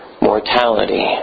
mortality